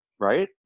right